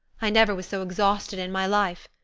i never was so exhausted in my life.